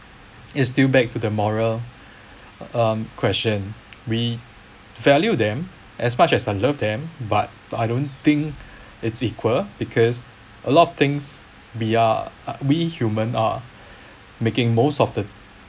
is still back to the moral um question we value them as much as I love them but I don't think it's equal because a lot of things we are we humans are making most of the